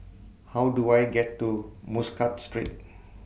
How Do I get to Muscat Street